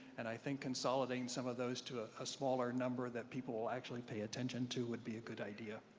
and i think consolidateing some of those to ah a smaller number that people will actually pay attention to would be a good idea.